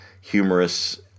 humorous